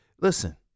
listen